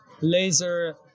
laser